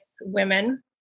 women